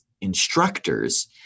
instructors